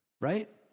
Right